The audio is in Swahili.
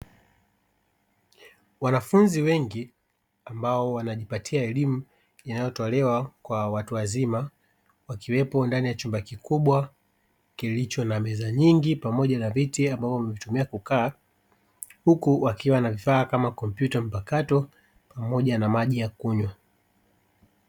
Wanafunzi wengi ambao wanajipatia elimu inayotolewa kwa watu wazima wakiwepo ndani ya chumba kikubwa kilicho na meza nyingi pamoja na viti walivyotumia kukaa, huku wakiwa na vifaa kama kompyuta mpakato pamoja na maji ya kunywa.